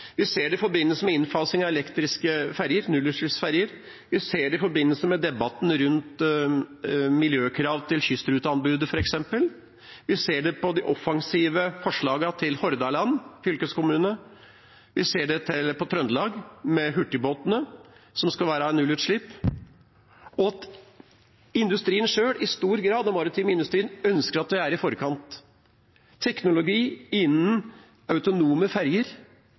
Vi ser det i forbindelse med innfasing av elektriske ferjer, nullutslippsferjer, vi ser det i forbindelse med debatten rundt miljøkrav til kystruteanbudet, f.eks., vi ser det på de offensive forslagene til Hordaland fylkeskommune, vi ser det for Trøndelag, med hurtigbåtene, som skal ha nullutslipp. Den maritime industrien selv, i stor grad, ønsker at vi skal være i forkant. Teknologi innenfor autonome ferjer